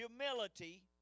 Humility